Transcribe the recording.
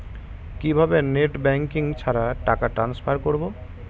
কিভাবে net banking ছাড়া টাকা টান্সফার করব?